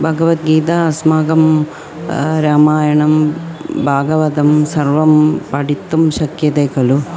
भगवद्गीता अस्मागं रामायणं भागवतं सर्वं पठितुं शक्यते खलु